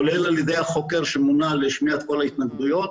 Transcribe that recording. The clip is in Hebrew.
כולל על ידי החוקר שמונה לשמיעת כל ההתנגדויות,